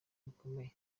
bukomeye